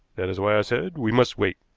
that is why i said we must wait.